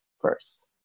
first